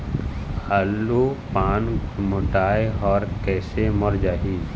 आलू पान गुरमुटाए हर कइसे मर जाही?